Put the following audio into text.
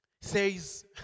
Says